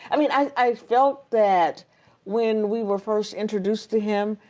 i mean i felt that when we were first introduced to him,